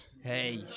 Hey